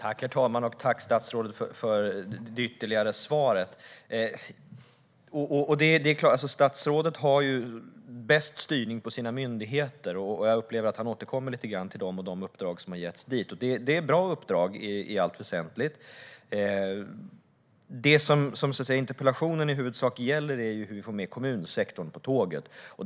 Herr talman! Tack, statsrådet, för det ytterligare svaret! Statsrådet har bäst styrning på sina myndigheter, och jag upplever att han återkommer lite grann till dem och de uppdrag som har getts till dem. Det är bra uppdrag i allt väsentligt. Det som interpellationen i huvudsak gäller är dock hur vi får med kommunsektorn på tåget.